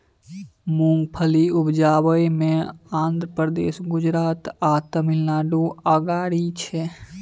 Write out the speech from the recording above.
मूंगफली उपजाबइ मे आंध्र प्रदेश, गुजरात आ तमिलनाडु अगारी छै